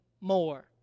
more